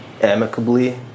amicably